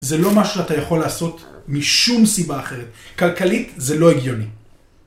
זה לא מה שאתה יכול לעשות משום סיבה אחרת. כלכלית זה לא הגיוני.